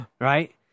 Right